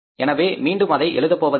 எனவே மீண்டும் அதை எழுதப் போவதில்லை